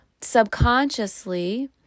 subconsciously